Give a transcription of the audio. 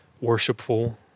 worshipful